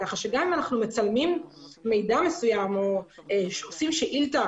גם אם אנחנו מצלמים מידע מסוים או שולחים שאילתה